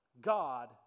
God